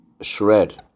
shred